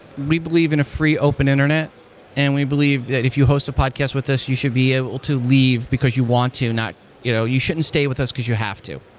we believe in a free open internet and we believe that if you host a podcast with us, you should be able to leave because you want to not you know you shouldn't stay with us because you have to.